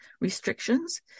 restrictions